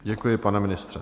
Děkuji, pane ministře.